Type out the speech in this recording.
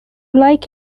like